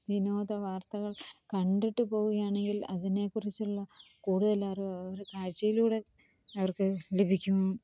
വിനോദവാർത്തകൾ കണ്ടിട്ട് പോകുകയാണെങ്കിൽ അതിനേക്കുറിച്ചുള്ള കൂടുതലറിവ് അവരുടെ കാഴ്ച്ചയിലൂടെ അവർക്ക് ലഭിക്കും